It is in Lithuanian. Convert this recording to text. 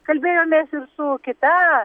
kalbėjomės ir su kita